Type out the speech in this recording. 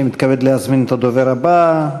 אני מתכבד להזמין את הדובר הבא,